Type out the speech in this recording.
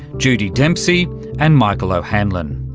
judy dempsey and michael o'hanlon.